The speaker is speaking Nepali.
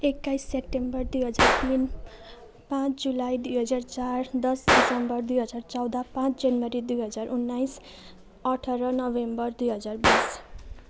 एक्काइस सेप्टेम्बर दुई हजार तिन पाँच जुलाई दुई हजार चार दस दिसम्बर दुई हजार चौध पाँच जनवरी दुई हजार उन्नाइस अठार नोभेम्बर दुई हजार बिस